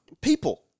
people